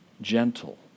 gentle